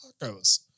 tacos